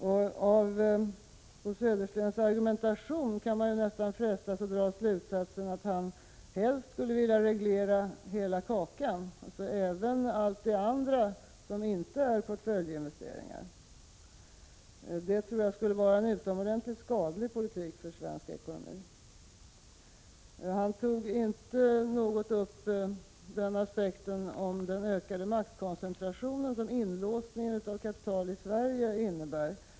Av Bo Söderstens 107 argumentation kan man frestas att dra slutsatsen att han helst skulle vilja reglera hela kakan, alltså även allt det andra, som inte är portföljinvesteringar. Det tror jag skulle vara en utomordentligt skadlig politik för svensk ekonomi. Bo Södersten tog inte upp aspekten om den ökade maktkoncentration som inlåsningen av kapital i Sverige innebär.